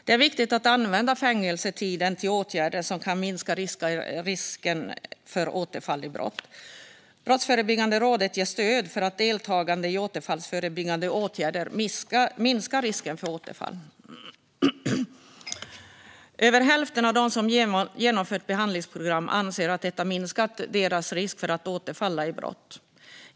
Det är viktigt att använda fängelsetiden till åtgärder som kan minska risken för återfall i brott. Brottsförebyggande rådet ger stöd för att deltagande i återfallsförebyggande åtgärder minskar risken för återfall. Över hälften av dem som genomfört behandlingsprogram anser att detta minskat deras risk för att återfalla i brott.